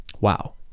Wow